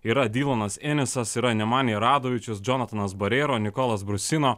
yra dylanas enisas yra nemanija radovičius džonatanas bareiro nikolas brusino